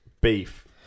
beef